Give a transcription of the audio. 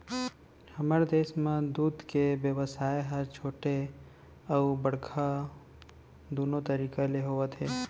हमर देस म दूद के बेवसाय ह छोटे अउ बड़का दुनो तरीका ले होवत हे